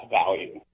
value